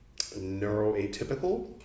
Neuroatypical